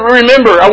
remember